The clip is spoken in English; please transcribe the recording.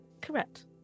Correct